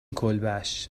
کلبش